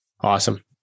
Awesome